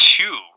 Two